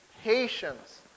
patience